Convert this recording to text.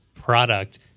product